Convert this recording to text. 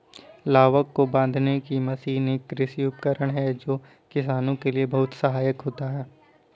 लावक को बांधने की मशीन एक कृषि उपकरण है जो किसानों के लिए बहुत सहायक होता है